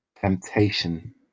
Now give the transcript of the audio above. temptation